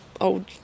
old